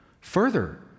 further